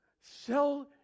Sell